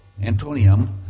Antonium